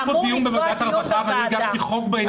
היה כאן דיון בוועדת הרווחה ואני הגשתי הצעת חוק בעניין הזה.